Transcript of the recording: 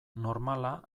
normala